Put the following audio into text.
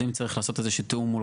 ותשתית מוגדרת באופן מאוד מאוד רחב.